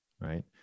right